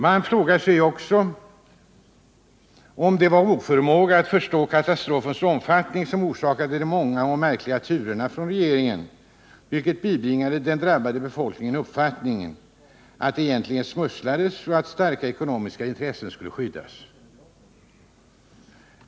Man frågar sig också om det var oförmåga att förstå katastrofens omfattning som orsakade regeringens många märkliga turer, vilket bibringade den drabbade befolkningen uppfattningen att det egentligen smusslades och att starka ekonomiska intressen skyddades.